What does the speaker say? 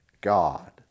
God